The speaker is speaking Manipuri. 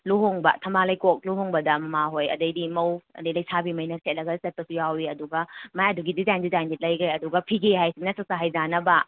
ꯂꯨꯍꯣꯡꯕ ꯊꯝꯕꯥꯜ ꯂꯩꯈꯣꯛ ꯂꯨꯍꯣꯡꯕꯗ ꯃꯃꯥ ꯍꯣꯏ ꯑꯗꯩꯗꯤ ꯃꯧ ꯑꯗꯩ ꯂꯩꯁꯥꯕꯤꯃꯩꯅ ꯁꯦꯠꯂꯒ ꯆꯠꯄꯁꯨ ꯌꯥꯎꯋꯤ ꯑꯗꯨꯒ ꯃꯥꯏ ꯑꯗꯨꯒꯤ ꯗꯤꯖꯥꯏꯟ ꯗꯤꯖꯥꯏꯟꯗꯤ ꯂꯩꯈ꯭ꯔꯦ ꯑꯗꯨꯒ ꯐꯤꯒꯦ ꯍꯥꯏꯁꯤꯅ ꯆꯥꯛꯆꯥ ꯍꯩꯖꯥꯅꯕ